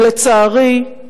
ולצערי,